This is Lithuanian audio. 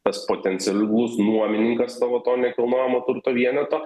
tas potencialus nuomininkas tavo to nekilnojamo turto vieneto